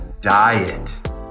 diet